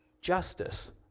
Justice